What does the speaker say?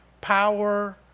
power